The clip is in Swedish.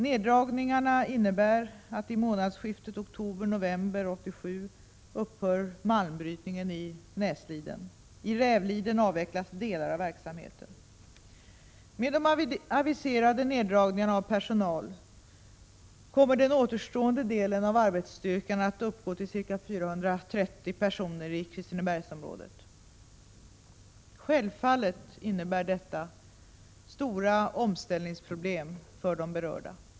Neddragningarna innebär att i månadsskiftet oktober-november 1987 upphör malmbrytningen i Näsliden. I Rävliden avvecklas delar av verksamheten. Med de aviserade neddragningarna av personal kommer den återstående delen av arbetsstyrkan att uppgå till ca 430 personer i Kristinebergsområdet. Självfallet innebär detta stora omställningsproblem för de berörda.